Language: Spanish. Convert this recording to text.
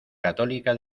católica